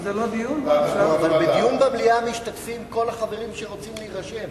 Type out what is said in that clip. בדיון במליאה משתתפים כל החברים שרוצים להירשם.